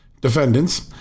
defendants